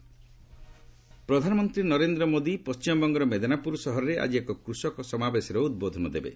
PM W ପ୍ରଧାନମନ୍ତ୍ରୀ ନରେନ୍ଦ୍ ମୋଦି ପଶ୍ଚିମବଙ୍ଗର ମେଦିନାପ୍ରର ସହରରେ ଆଜି ଏକ କୃଷକ ସମାବେଶରେ ଉଦ୍ବୋଧନ ଦେବେ